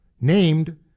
named